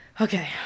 okay